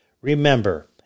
Remember